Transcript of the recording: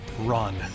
run